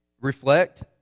reflect